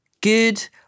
Good